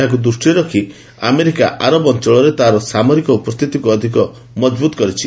ଏହାକୁ ଦୃଷ୍ଟିରେ ରଖି ଆମେରିକା ଆରବ ଅଞ୍ଚଳରେ ତାର ସାମରିକ ଉପସ୍ଥିତିକୁ ଅଧିକ ମଜବୁତ କରିଛି